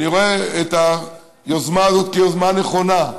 אני רואה את היוזמה הזאת כיוזמה נכונה,